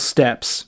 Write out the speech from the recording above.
Steps